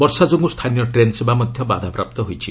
ବର୍ଷା ଯୋଗୁଁ ସ୍ଥାନୀୟ ଟ୍ରେନ୍ ସେବା ମଧ୍ୟ ବାଧ୍ୟାପ୍ରାପ୍ତ ହୋଇଛି